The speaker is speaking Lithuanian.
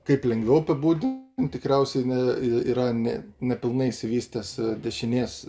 kaip lengviau apibūd tikriausiai ne y yra ne nepilnai išsivystęs dešinės